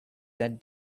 that